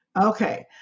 Okay